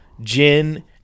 gin